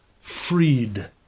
freed